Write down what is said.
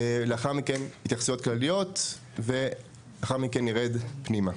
לאחר מכן התייחסויות כלליות ולאחר מכן נרד פנימה.